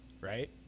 Right